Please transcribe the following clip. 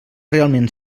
realment